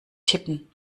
tippen